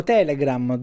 Telegram